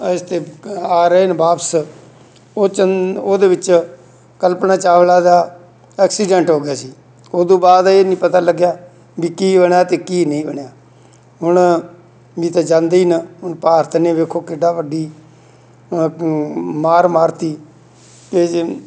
ਇੱਥੇ ਆ ਰਹੇ ਨੇ ਵਾਪਸ ਉਹ ਚੰ ਉਹਦੇ ਵਿੱਚ ਕਲਪਨਾ ਚਾਵਲਾ ਦਾ ਐਕਸੀਡੈਂਟ ਹੋ ਗਿਆ ਸੀ ਉਹ ਤੋਂ ਬਾਅਦ ਇਹ ਨਹੀਂ ਪਤਾ ਲੱਗਿਆ ਵੀ ਕੀ ਬਣਿਆ ਅਤੇ ਕੀ ਨਹੀਂ ਬਣਿਆ ਹੁਣ ਵੀ ਤਾਂ ਜਾਂਦੇ ਹੀ ਨਾ ਹੁਣ ਭਾਰਤ ਨੇ ਵੇਖੋ ਕਿੱਡਾ ਵੱਡੀ ਮਾਰ ਮਾਰਤੀ ਅਤੇ ਜ